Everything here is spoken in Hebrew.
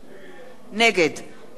נגד ישראל כץ,